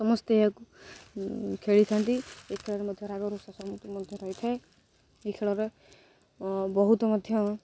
ସମସ୍ତେ ଏହାକୁ ଖେଳିଥାନ୍ତି ଏହି ଖେଳରେ ମଧ୍ୟ ରାଗରଷା ସହମତି ମଧ୍ୟ ରହିଥାଏ ଏହି ଖେଳରେ ବହୁତ ମଧ୍ୟ